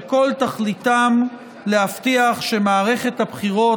שכל תכליתם להבטיח שמערכת הבחירות